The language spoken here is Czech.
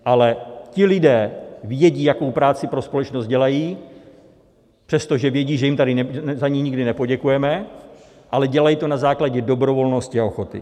Ale ti lidé vědí, jakou práci pro společnost dělají, přestože vědí, že jim za ni nikdy nepoděkujeme, ale dělají to na základě dobrovolnosti a ochoty.